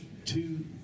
Two